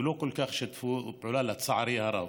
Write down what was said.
ולא כל כך שיתפו פעולה, לצערי הרב.